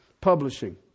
publishing